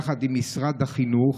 יחד עם משרד החינוך,